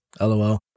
LOL